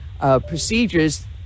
procedures